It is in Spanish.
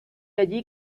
allí